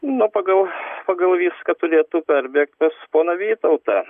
nu pagal pagal viską turėtų perbėgti pas poną vytautą